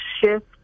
shift